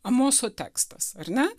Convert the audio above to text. amoso tekstas ar ne